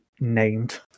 named